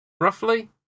roughly